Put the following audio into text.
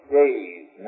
days